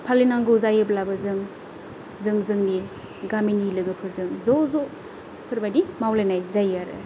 फालिनांगौ जायोब्लाबो जों जों जोंनि गामिनि लोगोफोरजों ज' ज' बेफोरबायदि मावलायनाय जायो आरो